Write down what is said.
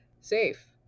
safe